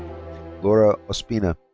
laura ospina.